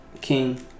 king